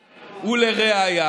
ולראיה: